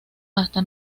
hasta